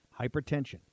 Hypertension